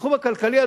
בתחום הכלכלי,